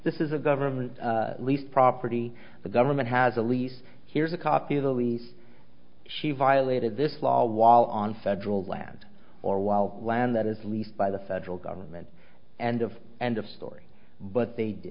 this is a government lease property the government has a lease here's a copy of the lease she violated this law while on federal land or wild land that is leased by the federal government and of end of story but they